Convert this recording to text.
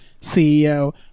CEO